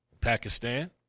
Pakistan